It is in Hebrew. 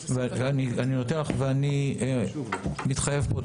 אני מתחייב פה,